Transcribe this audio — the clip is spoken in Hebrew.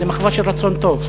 זה מחווה של רצון טוב,